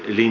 yli